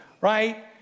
Right